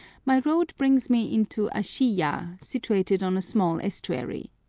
my road brings me into ashiyah, situated on a small estuary.